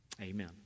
Amen